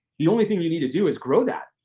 the only thing you need to do is grow that.